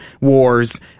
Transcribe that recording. wars